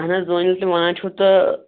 اَہَن حظ وۅنۍ ییٚلہِ تُہۍ ونان چھُو تہٕ